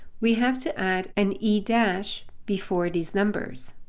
we have to add an e dash before these numbers.